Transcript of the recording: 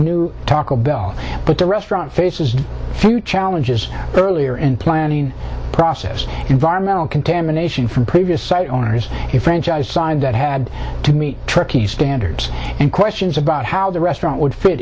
new taco bell but the restaurant faces few challenges earlier in planning process environmental contamination from previous site owners franchise side that had to meet tricky standards and questions about how the restaurant would fit